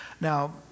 Now